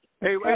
hey